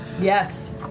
Yes